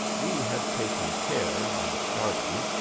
we had taken care, on starting,